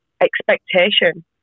expectation